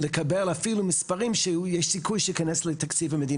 כשהוא מחליט להכניס אותן אז יש לנו את הבעיה של התקציבים.